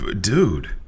Dude